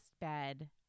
bed